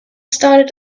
start